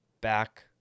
Back